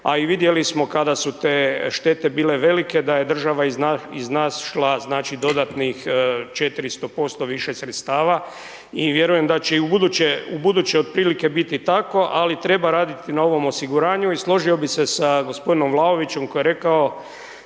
a i vidjeli smo kada su te štete bile velike, da je država iznašla dodatnih 400% više sredstava i vjerujem da će i ubuduće otprilike biti tako, ali treba raditi na ovom osiguranju i složio bih se sa g. Vlaovićem koji je rekao